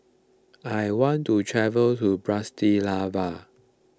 I want to travel to Bratislava